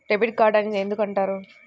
Debit card అని ఎందుకు అంటారు?